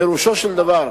פירושו של דבר,